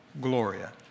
Gloria